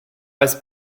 als